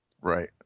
Right